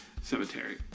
Cemetery